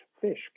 fish